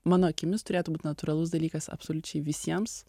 mano akimis turėtų būt natūralus dalykas absoliučiai visiems